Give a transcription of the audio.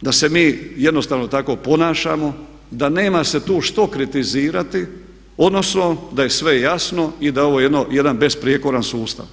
da se mi jednostavno tako ponašamo, da nema se tu što kritizirati odnosno da je sve jasno i da je ovo jedan besprijekoran sustav.